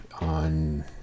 on